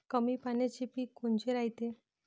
कमी पाण्याचे पीक कोनचे रायते?